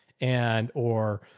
and, or,